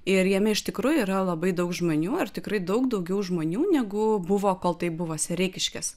ir jame iš tikrųjų yra labai daug žmonių ar tikrai daug daugiau žmonių negu buvo kol tai buvo sereikiškės